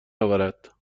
اورد